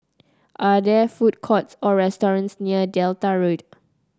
are there food courts or restaurants near Delta Road